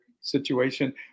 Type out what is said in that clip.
situation